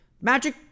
Magic